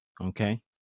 okay